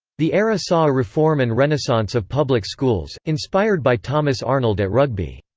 the era saw a reform and renaissance of public schools, inspired by thomas arnold at rugby.